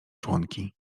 członki